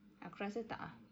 aku rasa tak ah